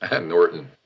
Norton